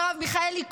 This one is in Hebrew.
מרב מיכאלי,